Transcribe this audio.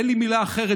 אין לי מילה אחרת,